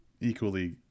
equally